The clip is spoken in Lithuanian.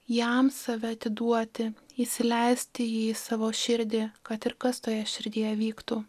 jam save atiduoti įsileisti jį į savo širdį kad ir kas toje širdyje vyktų